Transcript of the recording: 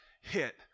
hit